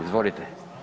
Izvolite.